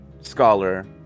scholar